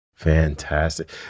Fantastic